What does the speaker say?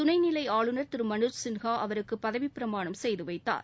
துணைநிலை ஆளுநர் திரு மனோஜ் சின்ஹா அவருக்கு பதவிப் பிரமாணம் செய்து வைத்தார்